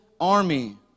army